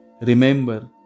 Remember